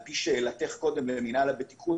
על פי שאלתך קודם למינהל הבטיחות,